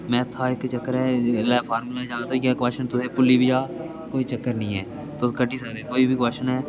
मैथा इक चक्कर ऐ जेल्लै फार्मुला याद होई जाह्ग कोच्छन तुसें भुल्ली बी जाह्ग कोई चक्कर नी ऐ तुस कड्डी सकदे कोई बी कोच्शन ऐ